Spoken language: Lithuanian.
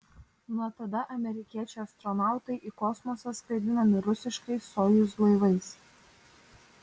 nuo tada amerikiečių astronautai į kosmosą skraidinami rusiškais sojuz laivais